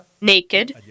naked